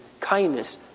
kindness